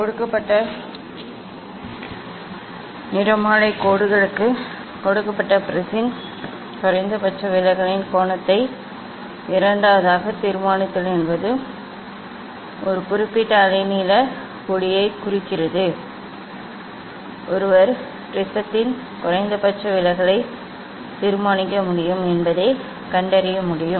கொடுக்கப்பட்ட நிறமாலை கோடுகளுக்கு கொடுக்கப்பட்ட ப்ரிஸின் குறைந்தபட்ச விலகலின் கோணத்தை இரண்டாவதாக தீர்மானித்தல் என்பது ஒரு குறிப்பிட்ட அலைநீள ஒளியைக் குறிக்கிறது ஒருவர் ப்ரிஸத்தின் குறைந்தபட்ச விலகலை தீர்மானிக்க முடியும் என்பதைக் கண்டறிய முடியும்